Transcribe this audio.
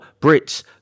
Brits